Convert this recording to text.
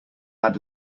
add